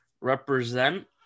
represent